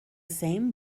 same